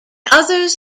others